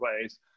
ways